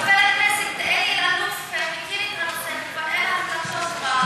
חבר הכנסת אלי אלאלוף מכיר את הנושא ומקבל החלטות,